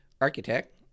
architect